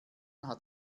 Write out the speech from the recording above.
hat